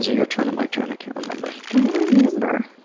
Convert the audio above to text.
ah your turn or my turn? i can't remember. i don't remember.